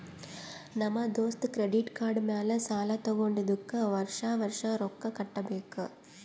ನಮ್ ದೋಸ್ತ credit card ಮ್ಯಾಲ ಸಾಲಾ ತಗೊಂಡಿದುಕ್ ವರ್ಷ ವರ್ಷ ರೊಕ್ಕಾ ಕಟ್ಟಬೇಕ್